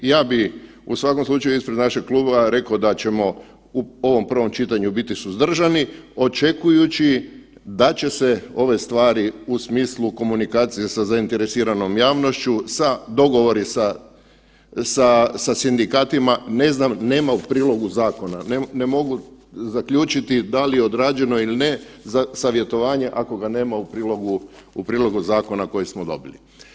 Ja bi u svakom slučaju ispred našeg kluba rekao da ćemo u ovom prvom čitanju biti suzdržani očekujući da će se ove stvari u smislu komunikacije sa zainteresiranom javnošću sa, dogovor je sa, sa, sa sindikatima, ne znam, nema u prilogu zakona, ne mogu zaključiti da li je odrađeno ili ne za savjetovanje ako ga nema u prilogu zakona koji smo dobili.